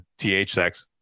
THX